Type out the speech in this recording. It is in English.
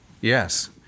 Yes